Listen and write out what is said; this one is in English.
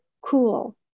cool